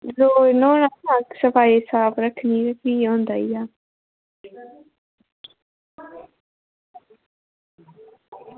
ते रोज़ साफ सफाई रक्खनी भी होंदा ई आं